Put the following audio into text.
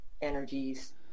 energies